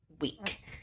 week